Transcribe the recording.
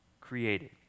created